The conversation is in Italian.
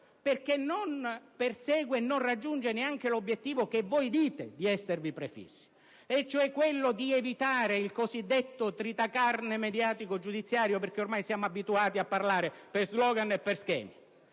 perché non persegue e non raggiunge neanche l'obiettivo che voi dite di esservi prefissi, cioè quello di evitare il cosiddetto tritacarne mediatico-giudiziario (ormai siamo abituati a parlare per slogan e per schemi),